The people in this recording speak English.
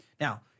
now